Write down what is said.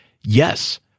yes